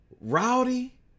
Rowdy